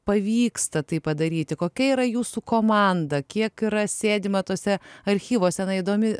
pavyksta tai padaryti kokia yra jūsų komanda kiek yra sėdima tuose archyvuose na įdomi